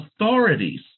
authorities